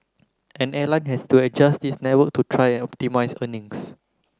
an airline has to adjust its network to try and optimise earnings